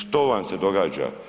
Što vam se događa?